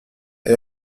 ait